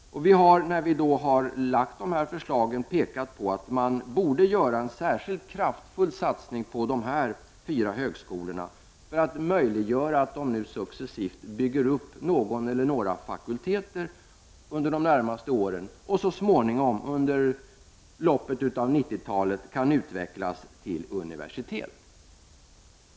När vi har framlagt våra förslag har vi framhållit att man borde göra en särskilt kraftfull satsning på dessa fyra högskolor för att möjliggöra för dem att under de närmaste åren successivt bygga upp någon eller några fakulteter. Så småningom, under 90-talets lopp, kan de utvecklas till universitet.